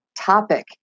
topic